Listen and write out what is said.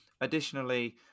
Additionally